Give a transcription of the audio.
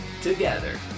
together